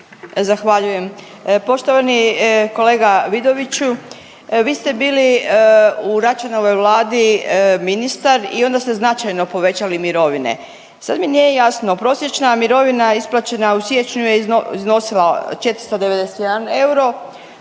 Zahvaljujem. Poštovani kolega Vidoviću, vi ste bili u Račanovoj vladi ministar i onda ste značajno povećali mirovine. Sad mi nije jasno, prosječna mirovina isplaćena u siječnju je iznosila 491 euro,